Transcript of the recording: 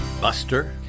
Buster